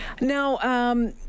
Now